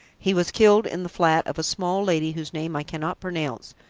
he was killed in the flat of a small lady, whose name i cannot pronounce,